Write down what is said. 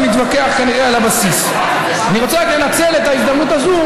אני רוצה לפתוח בברכה לנציגות תנועת נשים עושות שלום.